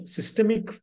Systemic